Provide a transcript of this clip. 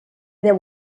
deu